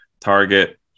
Target